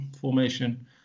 Formation